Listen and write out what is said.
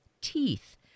Teeth